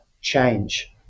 change